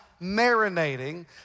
marinating